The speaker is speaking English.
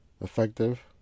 effective